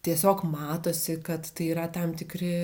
tiesiog matosi kad tai yra tam tikri